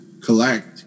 collect